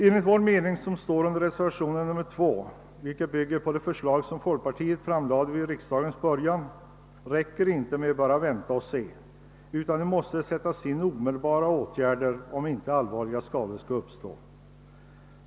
Vi som har anslutit oss till reservationen 2, som bygger på de förslag som folkpartiet lade fram vid riksdagens början, anser att det inte räcker med att bara vänta och se; omedelbara åtgärder måste vidtas om inte allvarliga skador skall uppstå.